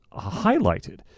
highlighted